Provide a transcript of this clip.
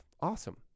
awesome